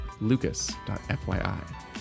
lucas.fyi